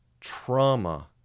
trauma